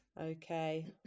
Okay